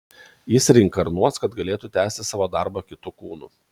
jis reinkarnuos kad galėtų tęsti savo darbą kitu kūnu